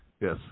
Yes